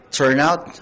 turnout